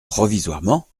provisoirement